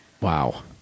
Wow